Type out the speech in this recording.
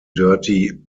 dirty